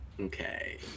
Okay